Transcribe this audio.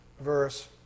verse